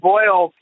Boyle